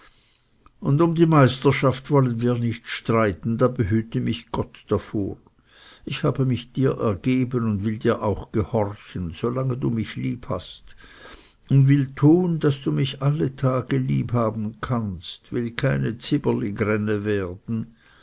und um die meisterschaft wollen wir nicht streiten da behüte mich gott davor ich habe mich dir ergeben und will dir auch gehorchen solange du mich lieb hast und will tun daß du mich alle tage lieb haben kannst will keine zyberligränne werden